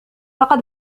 لقد